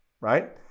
right